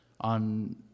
on